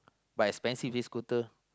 but expensive this scooter